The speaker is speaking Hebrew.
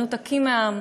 מנותקים מהעם.